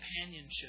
companionship